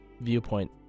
viewpoint